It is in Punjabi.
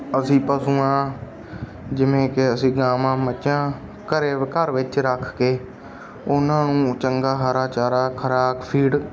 ਅਸੀਂ ਪਸ਼ੂਆਂ ਜਿਵੇਂ ਕਿ ਅਸੀਂ ਗਾਵਾਂ ਮੱਝਾਂ ਘਰੇ ਘਰ ਵਿੱਚ ਰੱਖ ਕੇ ਉਹਨਾਂ ਨੂੰ ਚੰਗਾ ਹਰਾ ਚਾਰਾ ਖੁਰਾਕ ਫੀਡ